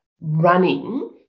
running